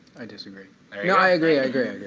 i disagree. i i agree, i agree,